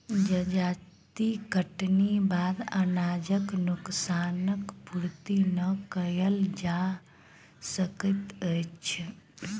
जजाति कटनीक बाद अनाजक नोकसान पूर्ति नै कयल जा सकैत अछि